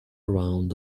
around